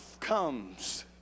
comes